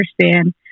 understand